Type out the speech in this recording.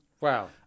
wow